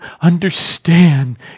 understand